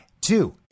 Two